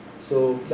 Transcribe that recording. so,